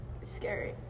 scary